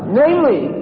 namely